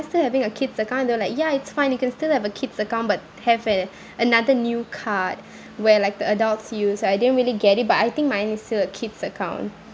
still having a kid's account and they were like ya it's fine you can still have a kid's account but have a another new card where like the adults use I didn't really get it but I think mine is still a kid's account